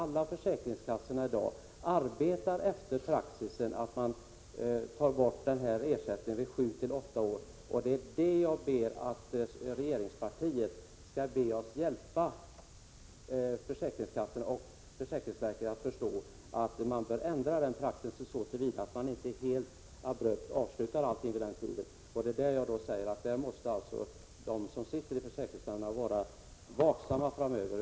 Alla försäkringskassor arbetar i dag efter en praxis där man tar bort ersättningen när barnet är 7-8 år. Jag vill att regeringspartiet skall hjälpa försäkringsverket att förstå att kassorna bör ändra den praxisen så till vida att inte all ersättning abrupt tas bort i sådana fall. När det gäller den frågan måste de som sitter i försäkringsnämnderna vara vaksamma framöver.